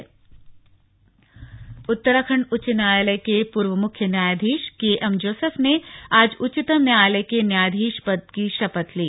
शपथ उत्तराखंड उच्च न्यायालय के पूर्व मुख्य न्यायाधीश केएमजोसफ ने आज उच्चतम न्यायालय के न्यायाधीश पद की शपथ ली